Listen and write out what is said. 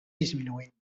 disminuint